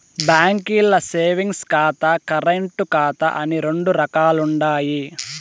బాంకీల్ల సేవింగ్స్ ఖాతా, కరెంటు ఖాతా అని రెండు రకాలుండాయి